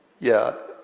yeah.